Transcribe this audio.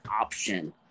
option